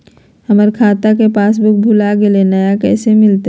हमर खाता के पासबुक भुला गेलई, नया कैसे मिलतई?